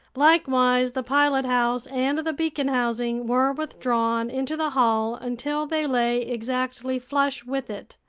likewise the pilothouse and the beacon housing were withdrawn into the hull until they lay exactly flush with it.